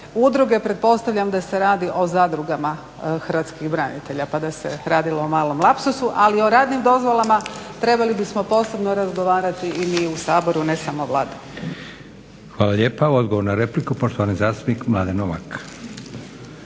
udruge, pretpostavljam da se radi o zadrugama hrvatskih branitelja pa da se radilo o malom lapsusu. Ali o radnim dozvolama trebali bismo posebno razgovarati i mi u Saboru ne samo Vlada. **Leko, Josip (SDP)** Hvala lijepa. Odgovor na repliku, poštovani zastupnik Mladen Novak.